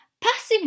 Passive